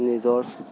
নিজৰ